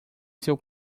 seu